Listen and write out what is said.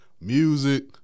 music